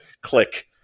click